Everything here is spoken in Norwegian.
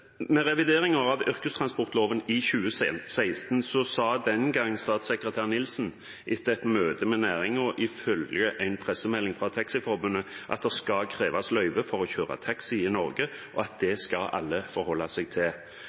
av yrkestransportloven i 2016 sa den gang statssekretær Nilsen, etter et møte med næringen, at det skal kreves løyve for å kjøre taxi i Norge, og at det skal alle forholde seg til,